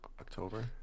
October